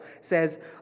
says